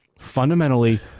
fundamentally